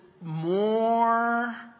more